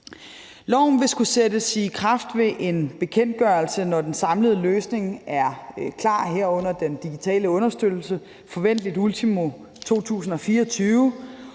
Loven vil skulle sættes i kraft ved en bekendtgørelse, når den samlede løsning er klar, herunder den digitale understøttelse, forventeligt ultimo 2024,